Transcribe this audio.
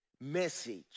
message